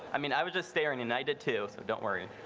i mean, i was just there. and and i did too. so don't worry.